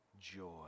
joy